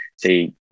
say